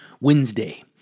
Wednesday